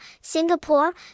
Singapore